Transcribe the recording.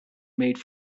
made